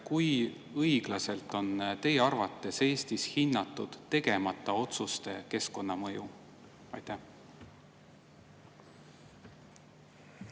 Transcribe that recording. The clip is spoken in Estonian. Kui õiglaselt on teie arvates Eestis hinnatud tegemata otsuste keskkonnamõju? Aitäh,